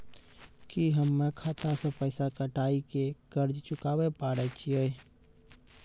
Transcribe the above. की हम्मय खाता से पैसा कटाई के कर्ज चुकाबै पारे छियै?